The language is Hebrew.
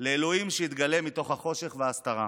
לאלוהים שיתגלה מתוך החושך וההסתרה.